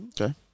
Okay